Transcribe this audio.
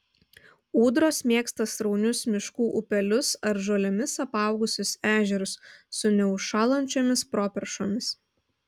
ūdros mėgsta sraunius miškų upelius ar žolėmis apaugusius ežerus su neužšąlančiomis properšomis